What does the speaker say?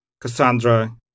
Cassandra